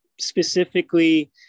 specifically